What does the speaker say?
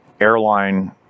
airline